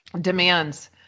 demands